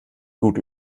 gut